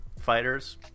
fighters